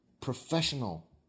Professional